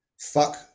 fuck